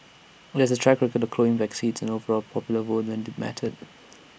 IT has A track record of clawing back seats and overall popular vote when IT mattered